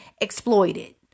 exploited